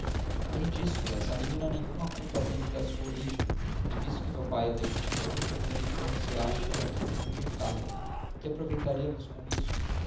além disso essa menina nenhuma culpa tem de sua origem e visto que meu pai a legitimou convém que não se ache aqui como enjeitada que aproveitaríamos com isso